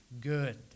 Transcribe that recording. good